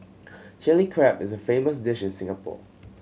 Chilli Crab is a famous dish in Singapore